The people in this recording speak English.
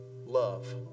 love